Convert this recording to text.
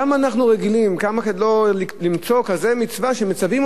כמה אנחנו רגילים למצוא כזו מצווה שמצווים